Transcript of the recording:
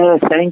thank